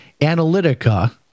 Analytica